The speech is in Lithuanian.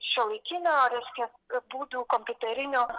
šiuolaikinio reiškia būdų kompiuterinio